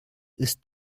ist